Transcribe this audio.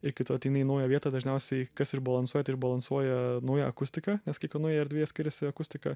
ir kai tu ateini į naują vietą dažniausiai kas išbalansuoja tai balansuoja nauja akustika nes kiekvienoje erdvėje skiriasi akustika